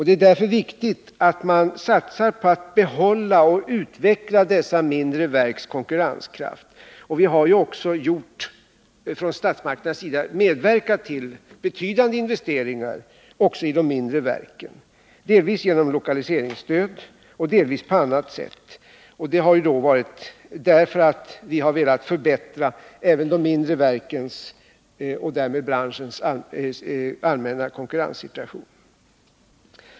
Det är därför viktigt att man satsar på att behålla och utveckla dessa mindre verks konkurrenskraft. Vi har från statsmakternas sida medverkat till betydande investeringar också i de mindre verken, delvis genom lokaliseringsstöd, delvis på annat sätt. Det har vi gjort därför att vi har velat förbättra även de mindre verkens och därmed branschens allmänna konkurrenssituation.